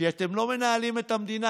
כי אתם לא מנהלים את המדינה.